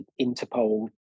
Interpol